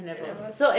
N levels